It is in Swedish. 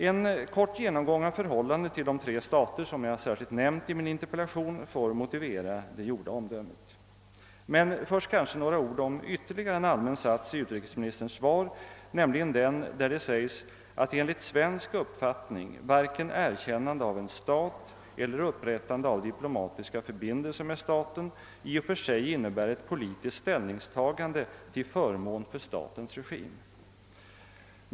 En kort genomgång av förhållandet till de tre stater, som jag särskilt nämnt i min interpellation, får motivera det gjorda omdömet. Men först kanske några ord om ytterligare en allmän sats i utrikesministerns svar, nämligen den där det uttalas »att enligt svensk uppfattning varken erkännande av en stat eller upprättande av diplomatiska förbindelser med staten i och för sig innebär ett politiskt ställningstagande till förmån för statens regim».